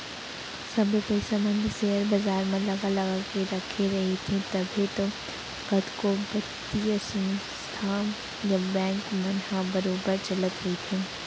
सबे पइसा मन ल सेयर बजार म लगा लगा के रखे रहिथे तभे तो कतको बित्तीय संस्था या बेंक मन ह बरोबर चलत रइथे